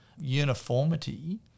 uniformity